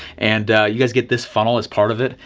and you guys get this funnel as part of it.